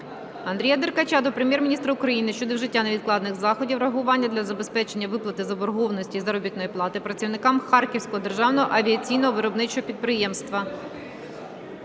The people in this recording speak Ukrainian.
Андрія Деркача до Прем'єр-міністра України про вжиття невідкладних заходів реагування для забезпечення виплати заборгованості із заробітної плати працівникам Харківського державного авіаційного виробничого підприємства.